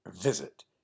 visit